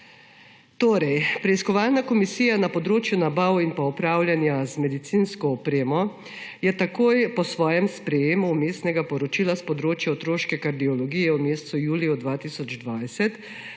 opornic. Preiskovalna komisija na področju nabav in upravljanja z medicinsko opremo je takoj po sprejetju vmesnega poročila s področja otroške kardiologije v mesecu juliju 2020